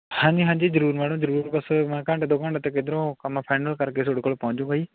ਹਾਂਜੀ ਹਾਂਜੀ ਜ਼ਰੂਰ ਮੈਡਮ ਜ਼ਰੂਰ ਬਸ ਮੈਂ ਘੰਟੇ ਦੋ ਘੰਟੇ ਤੱਕ ਇਧਰੋਂ ਕੰਮ ਫਾਈਨਲ ਕਰਕੇ ਤੁਹਾਡੇ ਕੋਲ ਪਹੁੰਚ ਜਾਊਂਗਾ ਜੀ